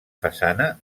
façana